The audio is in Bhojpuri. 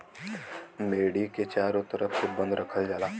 मेड़ी के चारों तरफ से बंद रखल जाला